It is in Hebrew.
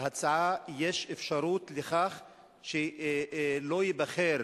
יש אפשרות לכך שלא ייבחר